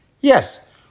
Yes